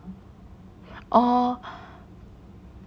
or